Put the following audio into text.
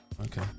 okay